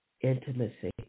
intimacy